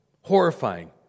horrifying